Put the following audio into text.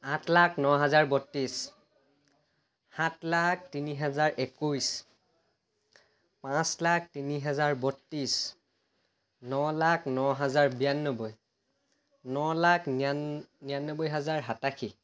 আঠ লাখ ন হাজাৰ বত্ৰিছ সাত লাখ তিনি হাজাৰ একৈছ পাঁচ লাখ তিনি হাজাৰ বত্ৰিছ ন লাখ ন হাজাৰ বিয়ান্নব্বৈ ন লাখ নিয়া নিৰান্নব্বৈ হাজাৰ সাতাশী